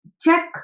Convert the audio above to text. check